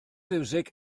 fiwsig